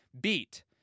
beat